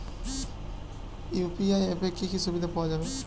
UPI অ্যাপে কি কি সুবিধা পাওয়া যাবে?